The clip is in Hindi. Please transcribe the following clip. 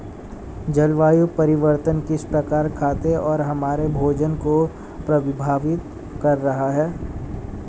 जलवायु परिवर्तन किस प्रकार खेतों और हमारे भोजन को प्रभावित कर रहा है?